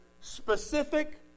specific